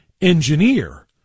engineer